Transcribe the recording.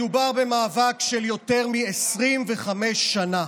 מדובר במאבק של יותר מ-25 שנה,